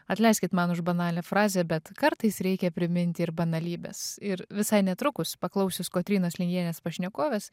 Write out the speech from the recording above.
atleiskit man už banalią frazę bet kartais reikia priminti ir banalybes ir visai netrukus paklausius kotrynos lingienės pašnekovės